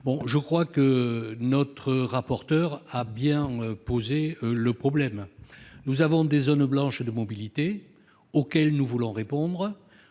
des sénateurs. Notre rapporteur a bien posé le problème. Il existe des zones blanches de mobilité, auxquelles nous voulons répondre,